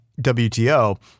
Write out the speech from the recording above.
WTO